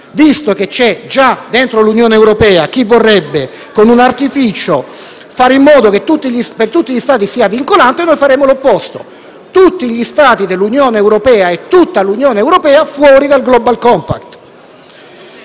Visto che c'è già nell'Unione europea chi vorrebbe, con un artificio, fare in modo che sia vincolante per tutti gli Stati, noi faremo l'opposto: tutti gli Stati dell'Unione europea e tutta l'Unione europea fuori dal *global compact*.